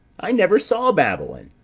i never saw babylon,